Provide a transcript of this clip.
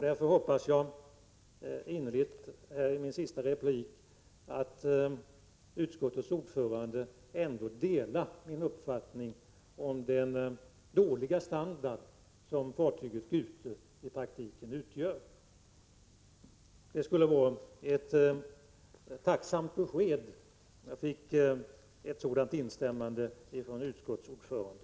Därför hoppas jag innerligt i denna min sista replik att utskottets ordförande ändå delar min uppfattning om den dåliga standard som fartyget Gute i praktiken representerar. Jag vore tacksam för ett instämmande från utskottets ordförande.